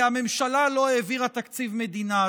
כי הממשלה לא העבירה תקציב מדינה.